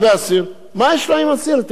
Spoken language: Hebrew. תנתק אותו, תזרוק אותו לעזאזל.